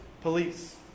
police